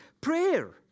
prayer